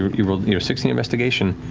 you rolled sixteen investigation.